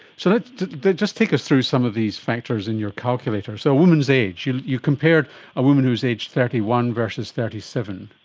so just take us through some of these factors in your calculator. so a woman's age, you you compared a woman who is aged thirty one versus thirty seven.